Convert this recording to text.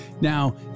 Now